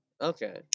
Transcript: Okay